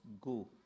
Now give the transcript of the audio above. go